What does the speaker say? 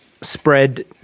spread